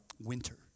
winter